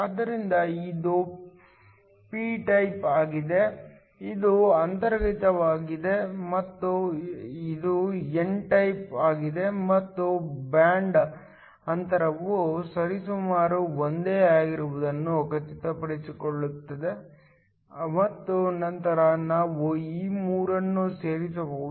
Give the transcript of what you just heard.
ಆದ್ದರಿಂದ ಇದು P type ಆಗಿದೆ ಇದು ಅಂತರ್ಗತವಾಗಿದೆ ಮತ್ತು ಇದು ಎನ್ ಟೈಪ್ ಆಗಿದೆ ಮತ್ತು ಬ್ಯಾಂಡ್ ಅಂತರವು ಸರಿಸುಮಾರು ಒಂದೇ ಆಗಿರುವುದನ್ನು ಖಚಿತಪಡಿಸಿಕೊಳ್ಳುತ್ತಿದೆ ಮತ್ತು ನಂತರ ನಾವು ಈ ಮೂರನ್ನೂ ಸೇರಬಹುದು